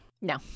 No